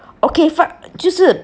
okay 放就是